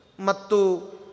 Matu